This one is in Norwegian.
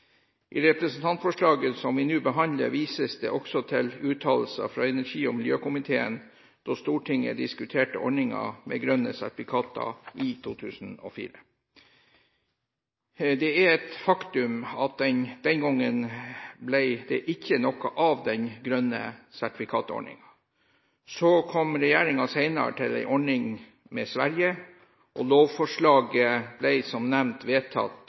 I representantforslaget som vi nå behandler, vises det også til uttalelser fra energi- og miljøkomiteen da Stortinget diskuterte ordningen med grønne sertifikater i 2004. Det er et faktum at den gangen ble det ikke noe av den grønne sertifikatordningen. Så kom regjeringen senere til en ordning med Sverige, og lovforslaget ble som nevnt vedtatt